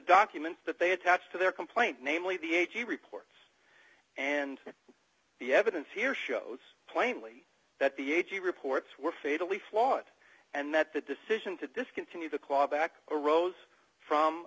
documents that they attached to their complaint namely the ag report and the evidence here shows plainly that the a g reports were fatally flawed and that the decision to discontinue the clawback arose from